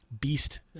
beast